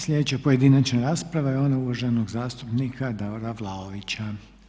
Sljedeća pojedinačna rasprava je ona uvaženog zastupnika Davora Vlaovića.